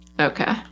Okay